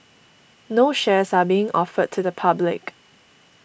no shares are being offered to the public